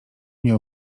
mnie